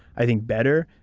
i think better.